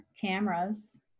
cameras